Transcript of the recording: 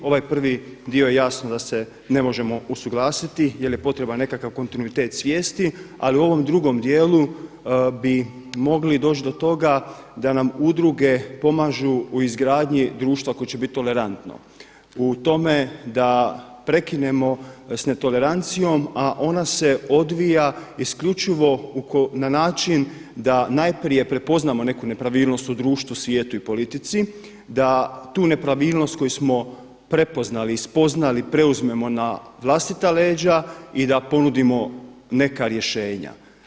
Ovaj prvi dio jasno da se ne možemo usuglasiti jer je potreban nekakav kontinuitet svijesti, ali u ovom drugom dijelu bi mogli doći do toga da nam udruge pomažu u izgradnji društva koje će biti tolerantno u tome da prekinemo s netolerancijom, a ona se odvija isključivo na način da najprije prepoznamo neku nepravilnost u društvu, svijetu i politici, da tu nepravilnost koju smo prepoznali i spoznali preuzmemo na vlastita leđa i da ponudimo neka rješenja.